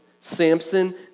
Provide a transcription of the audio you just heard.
Samson